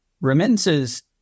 Remittances